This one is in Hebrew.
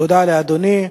תודה לאדוני.